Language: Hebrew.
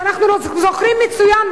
שאנחנו זוכרים מצוין,